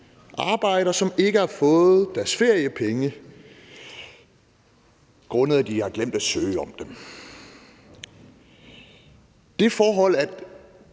arbejdere, som ikke har fået deres feriepenge, grundet at de har glemt at søge om dem. Det forhold, at